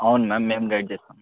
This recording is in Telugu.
అవున్ మ్యామ్ మేం గైడ్ చేస్తాం